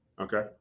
Okay